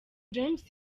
james